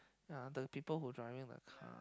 ya the people who driving the car